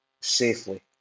safely